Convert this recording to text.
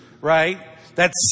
right—that's